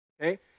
Okay